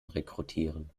rekrutieren